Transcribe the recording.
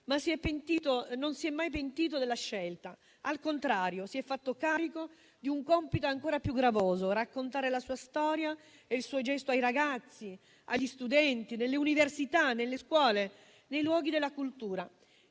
non si è mai pentito della scelta, al contrario si è fatto carico di un compito ancora più gravoso, ovvero raccontare la sua storia e il suo gesto ai ragazzi, agli studenti, nelle università, nelle scuole, nei luoghi della cultura.